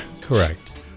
Correct